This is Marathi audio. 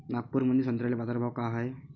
नागपुरामंदी संत्र्याले बाजारभाव काय हाय?